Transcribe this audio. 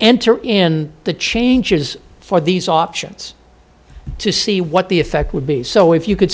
enter in the changes for these options to see what the effect would be so if you could